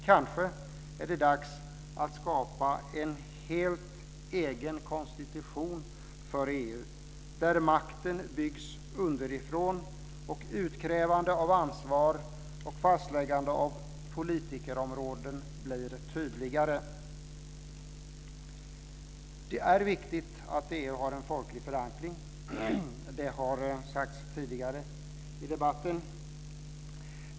Kanske är det dags att skapa en helt egen konstitution för EU där makten byggs underifrån och utkrävandet av ansvar och fastläggande av politikerområden blir tydligare. Det är viktigt att EU har en folklig förankring, vilket har sagts tidigare i debatten.